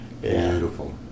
Beautiful